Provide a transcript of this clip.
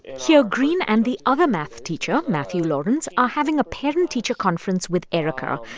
here, greene and the other math teacher, matthew lawrence, are having a parent-teacher conference with erica,